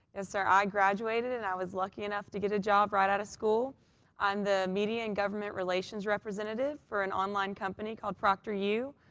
and sir. i graduated and i was lucky enough to get a job right out of school on the media and government relations representative for an online company called proctor u.